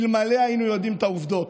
אלמלא היינו יודעים את העובדות.